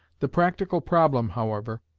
the practical problem, however,